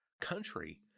country